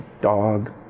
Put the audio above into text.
dog